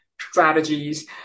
strategies